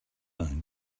own